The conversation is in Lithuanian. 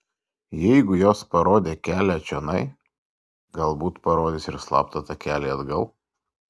jeigu jos parodė kelią čionai galbūt parodys ir slaptą takelį atgal